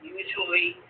usually